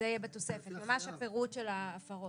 זה יהיה בתוספת, ממש הפירוט של ההפרות.